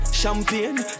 champagne